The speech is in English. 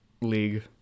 league